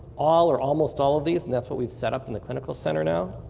all or almost all of these, and that's what we've set up in the clinical center now.